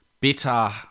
bitter